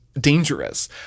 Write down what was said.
Dangerous